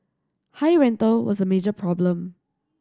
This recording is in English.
high rental was a major problem